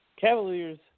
Cavaliers